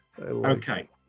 Okay